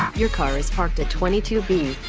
your car is parked at twenty two b.